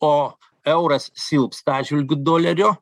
o euras silpsta atžvilgiu dolerio